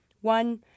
One